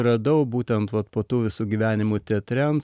radau būtent vat po tų visų gyvenimų teatre ant